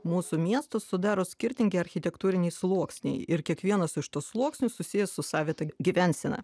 mūsų miestus sudaro skirtingi architektūriniai sluoksniai ir kiekvienas iš tų sluoksnių susijęs su savita g gyvensena